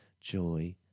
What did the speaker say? joy